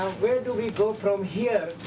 where do we go from here,